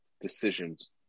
decisions